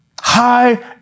high